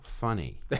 funny